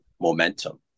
momentum